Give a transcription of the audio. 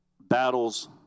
battles